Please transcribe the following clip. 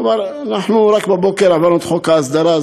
כלומר, אנחנו רק הבוקר העברנו את חוק ההסדרה.